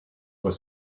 were